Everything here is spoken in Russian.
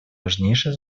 важнейшей